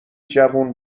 جوون